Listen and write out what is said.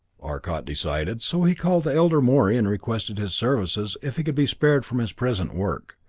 arcot decided, so he called the elder morey and requested his services if he could be spared from his present work.